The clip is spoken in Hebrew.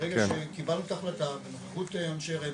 ברגע שקיבלנו את ההחלטה בנוכחות אנשי רמ"י.